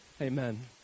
Amen